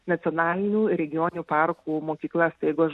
nacionalinių regioninių parkų mokyklas tai jeigu aš